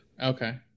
Okay